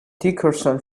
dickerson